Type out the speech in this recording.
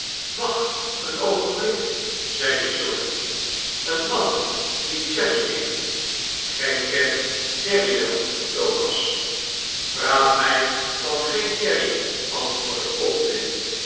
wacht een oogenblik zeide short een man die jerry heet gij kent jerry wel thomas praat mij van geen jerry antwoordde